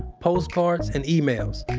postcards, and emails.